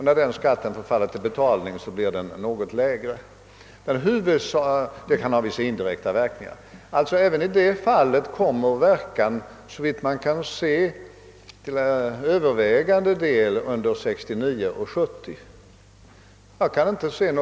När den skatten förfaller till betalning blir den något lägre och detta kan givetvis ha vissa indirekta verkningar. Men även i det här fallet kommer alltså effekten, såvitt jag kan se, till övervägande del under 1969 och 1970 eller senare.